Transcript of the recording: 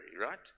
right